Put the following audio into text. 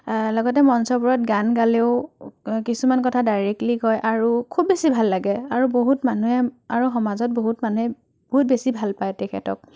লগতে মঞ্চবোৰত গান গালেও কিছুমান কথা ডাইৰেক্টলি কয় আৰু খুব বেছি ভাল লাগে আৰু বহুত মানুহে আৰু সমাজত বহুত মানুহে বহুত বেছি ভাল পায় তেখেতক